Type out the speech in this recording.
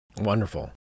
Wonderful